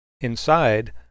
inside